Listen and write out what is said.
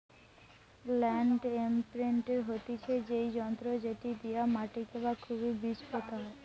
land ইমপ্রিন্টের হতিছে সেই যন্ত্র যেটি দিয়া মাটিকে না খুবই বীজ পোতা হয়